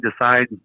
decide